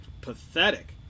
pathetic